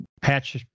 patch